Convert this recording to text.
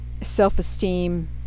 self-esteem